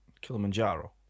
Kilimanjaro